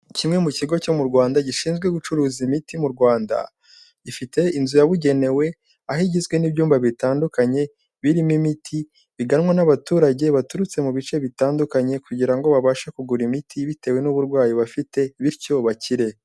Kimwe mu kigo cyo mu Rwanda, gishinzwe gucuruza imiti mu Rwanda, gifite inzu yabugenewe aho igizwe n'ibyumba bitandukanye birimo imiti, biganwa n'abaturage baturutse mu bice bitandukanye kugira ngo babashe kugura imiti bitewe n'uburwayi bafite bityo bakire.